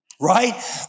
Right